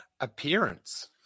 appearance